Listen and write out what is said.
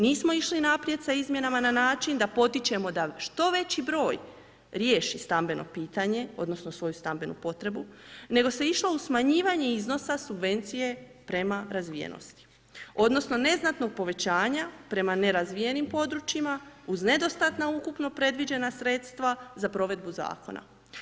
Nismo išli naprijed sa izmjenama na način da potičemo da što veći broj riješi stambeno pitanje odnosno svoju stambenu potrebu, nego se išlo u smanjivanje iznosa subvencije prema razvijenosti odnosno neznatnog povećanja prema nerazvijenim područjima uz nedostatna ukupno predviđena sredstva za provedbu Zakona.